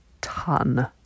ton